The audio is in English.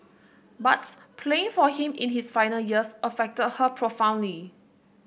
but playing for him in his final years affected her profoundly